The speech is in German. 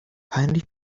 peinlich